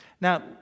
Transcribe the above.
Now